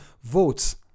votes